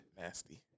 Nasty